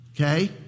okay